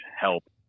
help